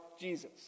Jesus